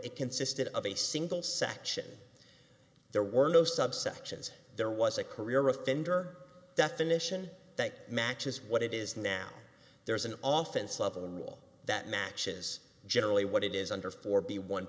it consisted of a single section there were no subsections there was a career offender definition that matches what it is now there's an often slevin law that matches generally what it is under four b one